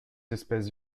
espèces